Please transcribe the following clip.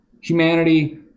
Humanity